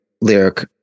lyric